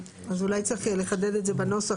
אז אולי צריך לחדד את זה בנוסח.